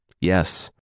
Yes